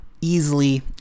Easily